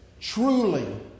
Truly